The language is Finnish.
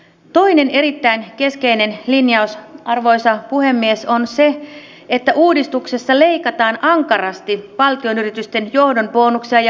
toinen erittäin keskeinen linjaus arvoisa puhemies on se että uudistuksessa leikataan ankarasti valtionyritysten johdon bonuksia ja irtisanomiskorvauksia